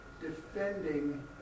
defending